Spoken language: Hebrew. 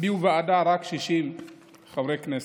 הצביעו בעדה רק 60 חברי כנסת.